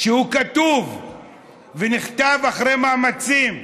שהוא כתוב ונכתב אחרי מאמצים,